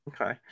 Okay